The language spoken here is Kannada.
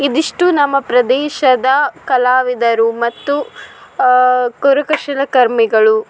ಇದಿಷ್ಟು ನಮ್ಮ ಪ್ರದೇಶದ ಕಲಾವಿದರು ಮತ್ತು ಕರಕುಶಲಕರ್ಮಿಗಳು